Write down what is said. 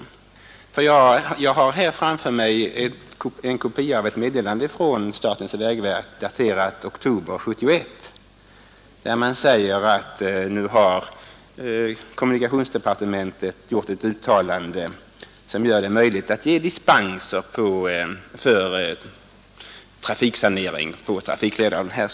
Jag har nämligen här framför mig en kopia av ett meddelande av den 25 oktober 1971, där statens vägverk säger att kommunikationsdepartementet har gjort ett uttalande, som gör det möjligt att ge dispenser för trafiksanering på trafikleder av detta slag.